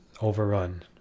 overrun